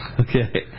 Okay